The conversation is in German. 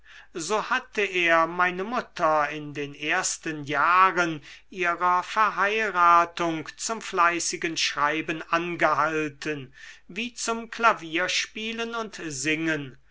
so hatte er meine mutter in den ersten jahren ihrer verheiratung zum fleißigen schreiben angehalten wie zum klavierspielen und singen